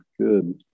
Good